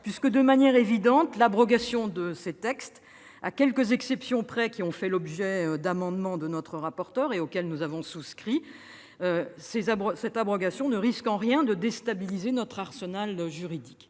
loi : de manière évidente, l'abrogation de ces textes, à quelques exceptions près, qui ont fait l'objet d'amendements de notre rapporteure auxquels nous avons souscrit, ne risque en rien de déstabiliser notre arsenal juridique.